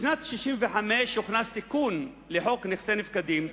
בשנת 1965 הוכנס תיקון לחוק נכסי נפקדים,